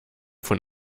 von